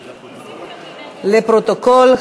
לפרוטוקול,